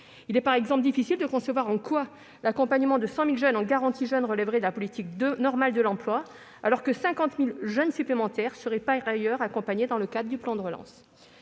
il est difficile de concevoir en quoi l'accompagnement de 100 000 jeunes par la garantie jeunes relèverait de la politique normale de l'emploi, mais que 50 000 jeunes supplémentaires seraient, par ailleurs, accompagnés dans le cadre du plan de relance